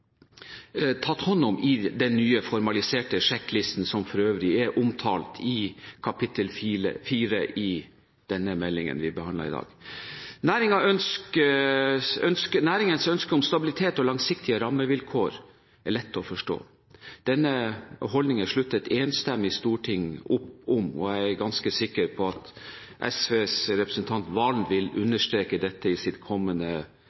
omtalt i kapittel 4 i denne meldingen vi behandler i dag. Næringens ønske om stabilitet og langsiktige rammevilkår er lett å forstå. Denne holdningen slutter et enstemmig storting opp om, og jeg er ganske sikker på at SVs representant, representanten Serigstad Valen, vil understreke dette i sitt kommende innlegg. Til slutt vil jeg understreke at forsvarsindustrien i stor grad er en teknologitung næring, og